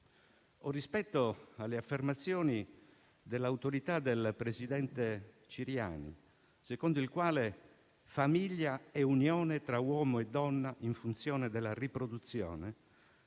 O rispetto alle affermazioni dell'autorità del presidente Ciriani, secondo il quale famiglia è unione tra uomo e donna in funzione della riproduzione